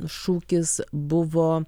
šūkis buvo